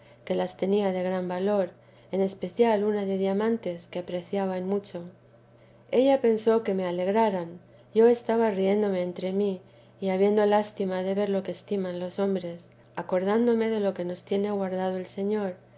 que las tenía de gran valor en especial una de diamantes que apreciaba en mucho ella pensó que me alegraran yo estaba riéndome entre mí y habiendo lástima de ver lo que estiman los hombres acordándome de lo que nos tiene guardado el señor